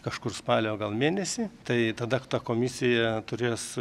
kažkur spalio gal mėnesį tai tada ta komisija turės